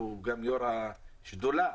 שהוא יו"ר השדולה,